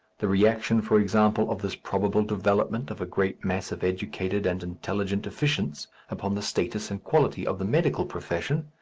the reaction, for example, of this probable development of a great mass of educated and intelligent efficients upon the status and quality of the medical profession,